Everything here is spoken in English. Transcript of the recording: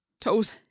Toes